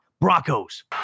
Broncos